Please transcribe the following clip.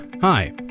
Hi